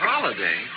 Holiday